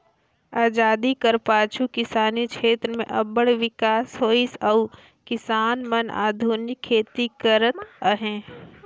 अजादी कर पाछू किसानी छेत्र में अब्बड़ बिकास होइस अउ किसान मन आधुनिक खेती करत अहें